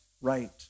right